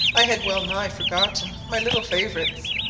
i had well nigh forgotten my little favourites,